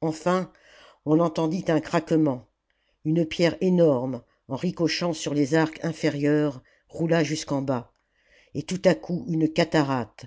enfin on entendit un craquement une pierre énorme en ricochant sur les arcs inférieurs roula jusqu'en bas et tout à coup une cataracte